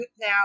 now